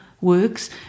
works